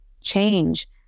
change